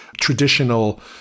traditional